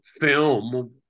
film